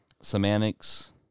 semantics